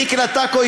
לדקלה טקו,